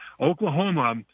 Oklahoma